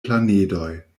planedoj